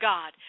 God